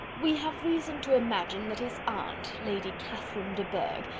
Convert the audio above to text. we have reason to imagine that his aunt, lady catherine de bourgh,